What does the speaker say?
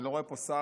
אני לא רואה פה שר,